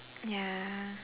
ya